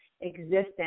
existence